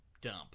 dump